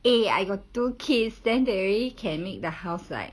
eh I got two kids then they can make the house like